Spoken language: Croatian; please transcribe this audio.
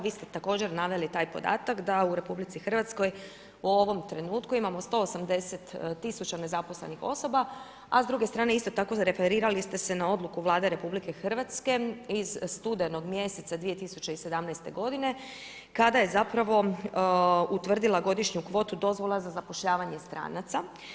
Vi ste također naveli taj podatak da u RH u ovom trenutku imamo 180 tisuća nezaposlenih osoba, a s druge strane, isto tako referirali ste se na odluku Vlade RH iz studenog 2018. godine, kada je zapravo utvrdila godišnju kvotu dozvola za zapošljavanje stranaca.